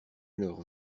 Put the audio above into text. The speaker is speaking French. leur